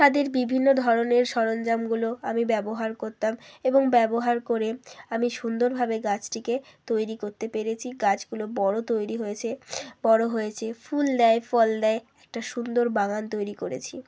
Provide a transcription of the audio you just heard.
তাদের বিভিন্ন ধরনের সরঞ্জামগুলো আমি ব্যবহার করতাম এবং ব্যবহার করে আমি সুন্দরভাবে গাছটিকে তৈরি করতে পেরেছি গাছগুলো বড় তৈরি হয়েছে বড় হয়েছে ফুল দেয় ফল দেয় একটা সুন্দর বাগান তৈরি করেছি